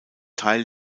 teil